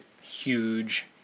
huge